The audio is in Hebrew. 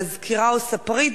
מזכירה או ספרית,